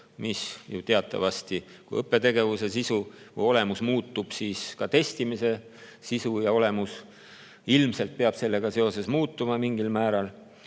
Teatavasti õppetegevuse sisu ja olemus muutub ning ka testimise sisu ja olemus ilmselt peab sellega seoses mingil määral